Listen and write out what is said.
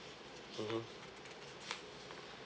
mmhmm